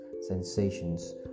sensations